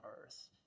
earth